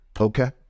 Okay